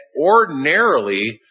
ordinarily